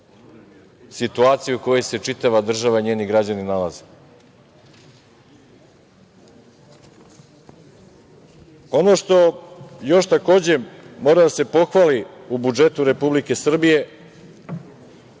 situaciji u kojoj se čitava država i njeni građani nalaze. Ono što još takođe, mora da se pohvali u budžetu Republike Srbije